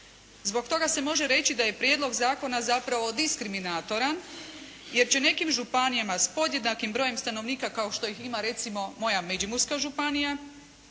Zbog toga se može reći da je prijedlog zakona zapravo diskriminatoran, jer će nekim županijama s podjednakim brojem stanovnika kao što ih ima recimo moja Međimurska županija